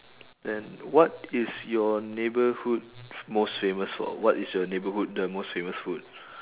then what is your neighbourhood most famous for what is your neighbourhood the most famous food